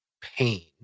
pain